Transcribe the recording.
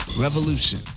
revolution